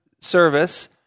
service